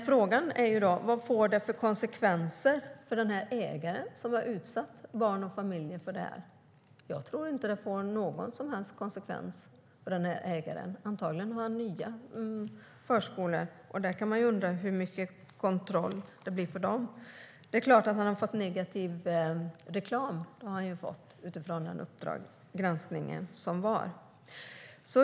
Frågan är vad konsekvenserna blir för den ägare som utsatt barn och familjer för detta. Jag tror inte att det får någon som helst konsekvens för den här ägaren. Antagligen har han nya förskolor, och man kan undra hur mycket kontroll det blir på dem. Han har i och för sig fått negativ reklam efter den granskning som gjordes.